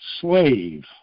Slave